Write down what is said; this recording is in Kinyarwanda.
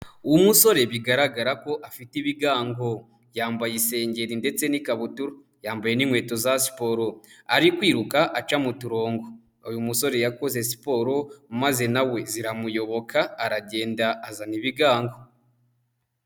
Umusore bigaragara ko afite ibigango, yambaye isengeri ndetse n'ikabutura, yambaye n'inkweto za siporo, ari kwiruka aca mu turongo. Uyu musore yakoze siporo maze nawe ziramuyoboka aragenda azana ibigango.